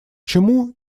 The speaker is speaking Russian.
чему